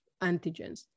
antigens